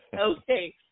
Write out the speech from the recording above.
Okay